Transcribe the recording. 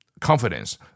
confidence